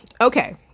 Okay